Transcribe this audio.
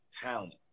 Talent